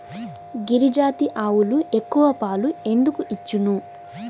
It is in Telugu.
గిరిజాతి ఆవులు ఎక్కువ పాలు ఎందుకు ఇచ్చును?